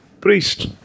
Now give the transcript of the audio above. priest